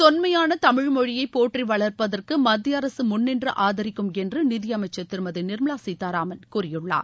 தொன்மையான தமிழ் மொழியை போற்றி வளர்ப்பதற்கு மத்திய அரசு முன்நின்று ஆதரிக்கும் என்று நிதியமைச்சர் திருமதி நிர்மலா சீதாராமன் கூறியுள்ளார்